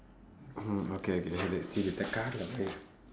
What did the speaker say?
mm okay okay சரி இத காதுல்ல வை:sari itha kaathulla vai